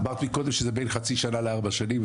אמרת מקודם שזה בין חצי שנה לארבע שנים,